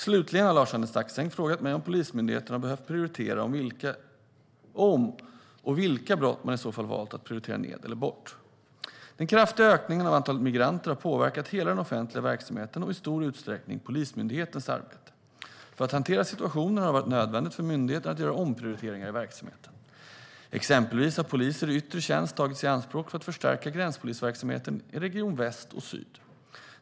Slutligen har Lars-Arne Staxäng frågat mig om Polismyndigheten har behövt prioritera om och vilka brott man i så fall har valt att prioritera ned eller bort. Den kraftiga ökningen av antalet migranter har påverkat hela den offentliga verksamheten och i stor utsträckning Polismyndighetens arbete. För att hantera situationen har det varit nödvändigt för myndigheten att göra omprioriteringar i verksamheten. Exempelvis har poliser i yttre tjänst tagits i anspråk för att förstärka gränspolisverksamheten i region väst och syd.